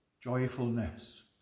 joyfulness